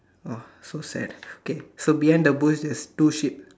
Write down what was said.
oh so sad okay so behind the bush is two sheep